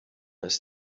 ist